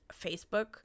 Facebook